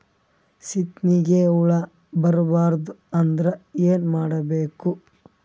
ಸೀತ್ನಿಗೆ ಹುಳ ಬರ್ಬಾರ್ದು ಅಂದ್ರ ಏನ್ ಮಾಡಬೇಕು?